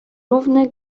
równy